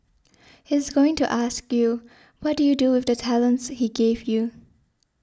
he's going to ask you what did you do with the talents he gave you